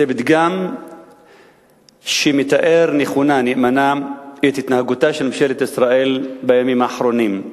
זה פתגם שמתאר נאמנה את התנהגותה של ממשלת ישראל בימים האחרונים,